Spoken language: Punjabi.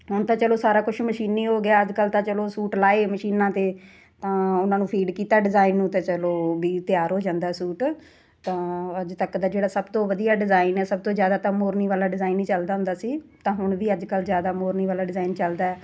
ਹੁਣ ਤਾਂ ਚਲੋ ਸਾਰਾ ਕੁਛ ਮਸ਼ੀਨੀ ਹੋ ਗਿਆ ਅੱਜ ਕੱਲ੍ਹ ਤਾਂ ਚਲੋ ਸੂਟ ਲਾਏ ਮਸ਼ੀਨਾਂ 'ਤੇ ਤਾਂ ਉਹਨਾਂ ਨੂੰ ਫੀਡ ਕੀਤਾ ਡਿਜ਼ਾਈਨ ਨੂੰ ਤਾਂ ਚਲੋ ਵੀ ਤਿਆਰ ਹੋ ਜਾਂਦਾ ਸੂਟ ਤਾਂ ਅੱਜ ਤੱਕ ਦਾ ਜਿਹੜਾ ਸਭ ਤੋਂ ਵਧੀਆ ਡਿਜ਼ਾਇਨ ਹੈ ਸਭ ਤੋਂ ਜ਼ਿਆਦਾ ਤਾਂ ਮੋਰਨੀ ਵਾਲਾ ਡਿਜ਼ਾਈਨ ਹੀ ਚੱਲਦਾ ਹੁੰਦਾ ਸੀ ਤਾਂ ਹੁਣ ਵੀ ਅੱਜ ਕੱਲ੍ਹ ਜ਼ਿਆਦਾ ਮੋਰਨੀ ਵਾਲਾ ਡਿਜ਼ਾਇਨ ਚੱਲਦਾ